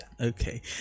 Okay